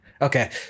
Okay